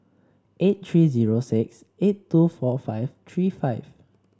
eight three zero six eight two four five three five